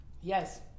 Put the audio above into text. Yes